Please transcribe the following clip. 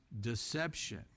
deception